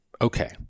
Okay